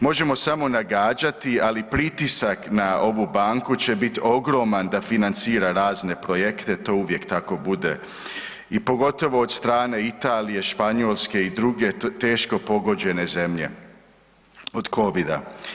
Možemo samo nagađati, ali pritisak na ovu banku će bit ogroman da financira razne projekte, to uvijek tako bude i pogotovo od strane Italije, Španjolske i druge teško pogođene zemlje od Covida.